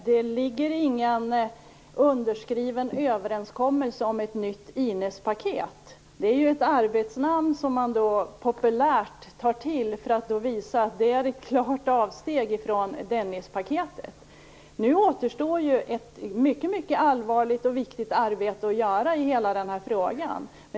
Herr talman! Det finns ingen underskriven överenskommelse om ett nytt Inespaket. Det är ett arbetsnamn som man populärt tar till för att visa att det är ett klart avsteg från Dennispaketet. Nu återstår ett mycket allvarligt och viktig arbete i hela den här frågan.